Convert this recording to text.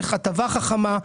צריך הטבה חכמה,